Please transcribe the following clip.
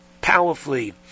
powerfully